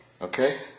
Okay